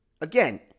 Again